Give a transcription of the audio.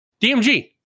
DMG